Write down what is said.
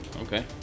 Okay